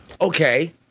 Okay